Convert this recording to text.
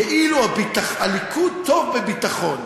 כאילו הליכוד טוב בביטחון.